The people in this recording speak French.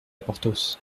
porthos